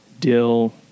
dill